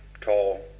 tall